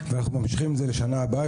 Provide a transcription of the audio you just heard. אנחנו ממשיכים את זה לשנה הבאה,